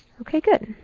ok. good.